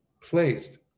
placed